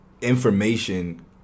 information